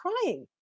crying